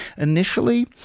Initially